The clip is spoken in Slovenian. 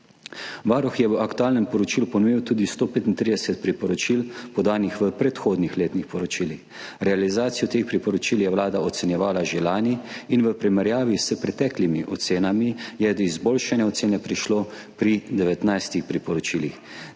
Varuh je v aktualnem poročilu ponovil tudi 135 priporočil, podanih v predhodnih letnih poročilih. Realizacijo teh priporočil je Vlada ocenjevala že lani. V primerjavi s preteklimi ocenami je do izboljšanja ocene prišlo pri 19 priporočilih.